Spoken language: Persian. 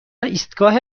ایستگاه